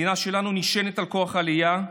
המדינה שלנו נשענת על כוח העלייה,